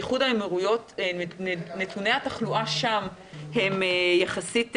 באיחוד האמירויות נתוני התחלואה טובים יחסית,